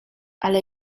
ale